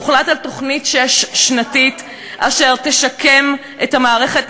הוחלט על תוכנית שש-שנתית אשר תשקם את המערכת,